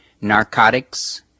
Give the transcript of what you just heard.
narcotics